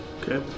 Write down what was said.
Okay